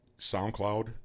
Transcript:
SoundCloud